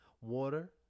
water